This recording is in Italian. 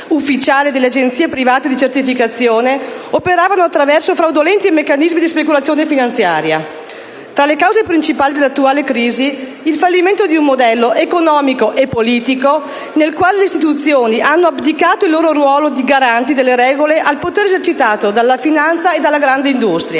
ufficiale delle agenzie private di certificazione, operavano attraverso fraudolenti meccanismi di speculazione finanziaria. Tra le cause principali dell'attuale crisi vi è il fallimento di un modello economico e politico, nel quale le istituzioni hanno abdicato il loro ruolo di garanti delle regole al potere esercitato dalla finanza e dalla grande industria.